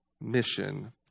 mission